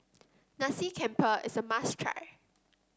Nasi Campur is a must try